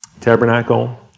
tabernacle